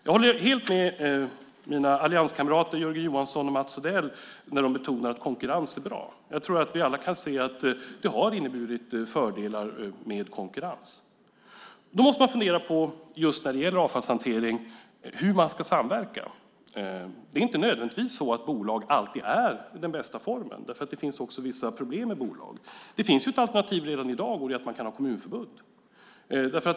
Jag håller helt med mina allianskamrater Jörgen Johansson och Mats Odell när de betonar att konkurrens är bra. Vi kan alla se att konkurrensen har inneburit fördelar. När det gäller avfallshantering måste man fundera på hur man ska samverka. Det är inte nödvändigtvis så att bolag alltid är den bästa formen. Det finns också vissa problem med bolag. Det finns ett alternativ redan i dag, kommunförbund.